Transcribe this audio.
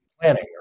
planning